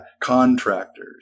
Contractors